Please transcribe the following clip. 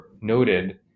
noted